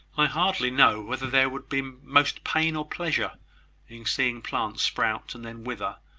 i hardly know whether there would be most pain or pleasure in seeing plants sprout, and then wither,